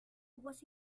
what